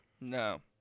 No